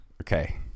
Okay